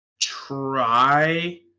try